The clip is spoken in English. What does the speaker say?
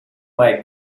might